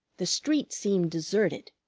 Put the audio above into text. the street seemed deserted.